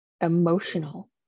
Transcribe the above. emotional